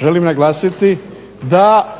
Želim naglasiti da